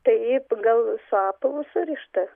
taip gal su apavu surišta